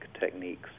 techniques